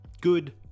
good